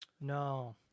No